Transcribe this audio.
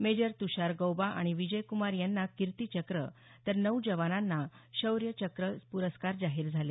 major Tushar Gauba आणि विजय कुमार यांना कीर्ती चक्र तर नऊ जवानांना शौर्य चक्र प्रस्कार जाहीर झाले